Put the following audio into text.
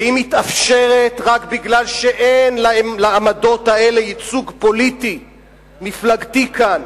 והיא מתאפשרת רק כי אין לעמדות האלה ייצוג פוליטי-מפלגתי כאן.